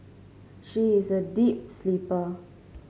she is a deep sleeper